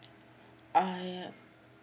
ah yeap